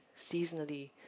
seasonally